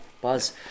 Buzz